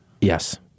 Yes